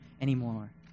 anymore